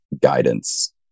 guidance